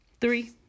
Three